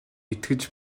итгэж